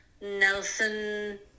Nelson